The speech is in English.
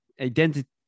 identity